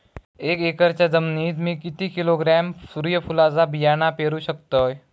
एक एकरच्या जमिनीत मी किती किलोग्रॅम सूर्यफुलचा बियाणा पेरु शकतय?